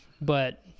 But-